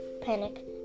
Panic